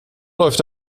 läuft